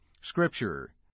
Scripture